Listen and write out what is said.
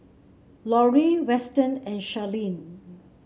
Lorie Weston and Sharleen